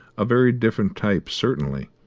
a very different type, certainly,